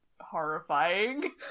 horrifying